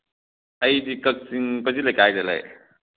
ꯑꯩꯗꯤ ꯀꯛꯆꯤꯡ ꯄꯟꯆꯤ ꯂꯩꯀꯥꯏꯗ ꯂꯩ